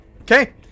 Okay